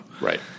Right